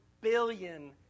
billion